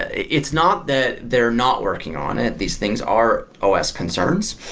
it's not that they're not working on it. these things are os concerns.